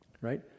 right